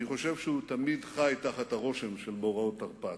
אני חושב שהוא תמיד חי תחת הרושם של מאורעות תרפ"ט.